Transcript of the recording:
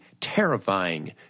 terrifying